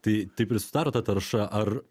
tai taip ir susidaro ta tarša ar